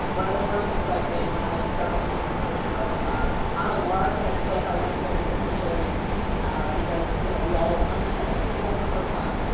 one of the first things i did when i started this research was, ah on a lark and a tip, i went to go visit fertility clinics ah because, you know, we all understand that people prefer sons.